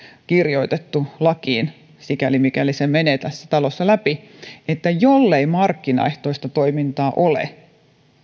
kirjoitettu lakiin sikäli mikäli se menee tässä talossa läpi että jollei markkinaehtoista toimintaa ole